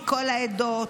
מכל העדות,